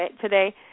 today